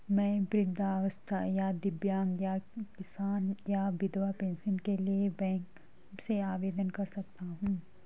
मैं वृद्धावस्था या दिव्यांग या किसान या विधवा पेंशन के लिए बैंक से आवेदन कर सकता हूँ?